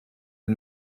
une